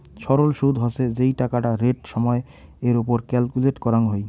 সরল সুদ হসে যেই টাকাটা রেট সময় এর ওপর ক্যালকুলেট করাঙ হই